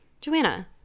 Joanna